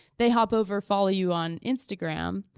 they hop over, follow you on instagram,